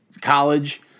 College